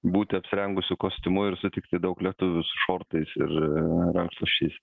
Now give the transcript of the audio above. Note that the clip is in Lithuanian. būti apsirengusiu kostiumu ir sutikti daug lietuvių su šortais ir rankšluosčiais